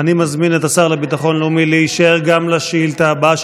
אני מזמין את השר לביטחון לאומי להישאר גם לשאילתה הבאה,